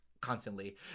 constantly